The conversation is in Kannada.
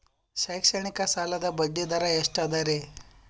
ಶೈಕ್ಷಣಿಕ ಸಾಲದ ಬಡ್ಡಿ ದರ ಎಷ್ಟು ಅದರಿ?